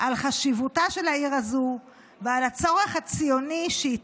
על חשיבותה של העיר הזו ועל הצורך הציוני שהיא